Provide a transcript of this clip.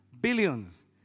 billions